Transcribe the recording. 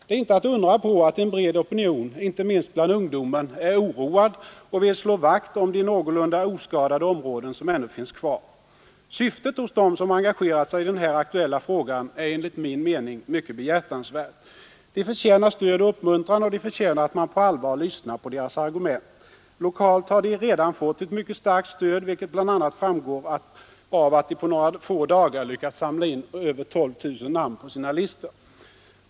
Det är inte att undra på att en bred opinion, inte minst bland ungdomen, är oroad och vill slå vakt om de någorlunda oskadade områden som ännu finns kvar. Syftet hos dem som engagerat sig i den här aktuella frågan är enligt min mening mycket behjärtansvärt. De förtjänar stöd och uppmuntran och de förtjänar att man på allvar lyssnar på deras argument. Lokalt har de redan fått ett mycket starkt stöd, vilket bl.a. framgår av att de på några få dagar lyckats samla in över 12 000 namn på sina listor.